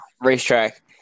racetrack